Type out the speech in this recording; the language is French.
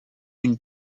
une